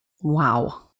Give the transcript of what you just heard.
wow